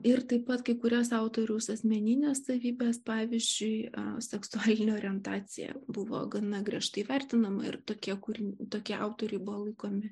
ir taip pat kai kurias autoriaus asmenines savybes pavyzdžiui seksualinė orientacija buvo gana griežtai vertinama ir tokie kurių tokie autoriai buvo laikomi